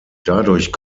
dadurch